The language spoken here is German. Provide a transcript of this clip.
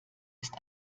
ist